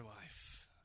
life